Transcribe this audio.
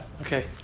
Okay